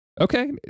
Okay